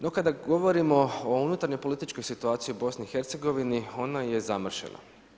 No kada govorimo o unutarnje političkoj situaciji u BIH, ona je zamršena.